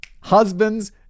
husband's